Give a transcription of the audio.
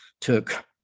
took